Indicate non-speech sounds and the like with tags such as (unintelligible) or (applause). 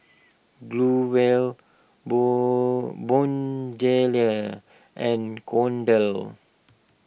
Growell Bone Moon (unintelligible) and Kordel's